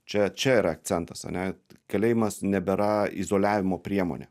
čia čia yra akcentas ane kalėjimas nebėra izoliavimo priemonė